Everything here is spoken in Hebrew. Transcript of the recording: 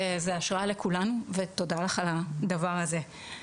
זה השראה לכולנו ותודה לך על הדבר הזה.